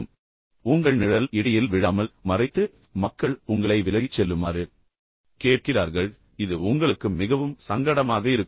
எனவே உங்கள் நிழல் இடையில் விழாமல் பின்னர் ம மறைத்து பின்னர் மக்கள் உங்களை விலகிச் செல்லுமாறு கேட்கிறார்கள் இது உங்களுக்கு மிகவும் சங்கடமாக இருக்கும்